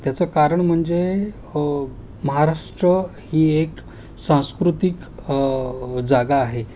त्याचं कारण म्हणजे महाराष्ट्र ही एक सांस्कृतिक जागा आहे